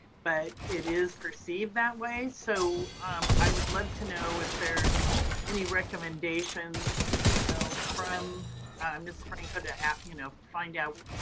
but it is perceived that way. so i would love to know if there's any recommendations you know from ms. franco to you know find out,